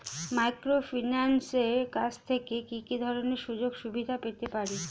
মাইক্রোফিন্যান্সের কাছ থেকে কি কি ধরনের সুযোগসুবিধা পেতে পারি?